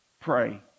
pray